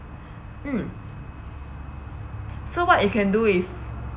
mm so what you can do is